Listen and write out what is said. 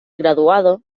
graduado